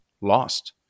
lost